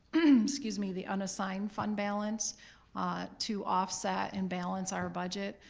excuse me, the unassigned fund balance ah to offset and balance our budget.